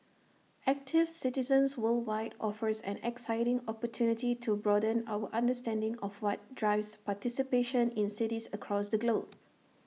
active Citizens Worldwide offers an exciting opportunity to broaden our understanding of what drives participation in cities across the globe